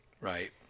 Right